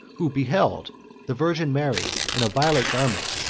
who beheld the virgin mary, in a violet garment,